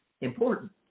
important